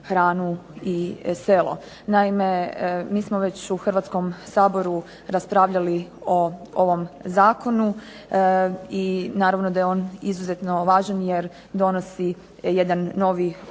hranu i selo. Naime mi smo već u Hrvatskom saboru raspravljali o ovom zakonu i naravno da je on izuzetno važan jer donosi jedan novi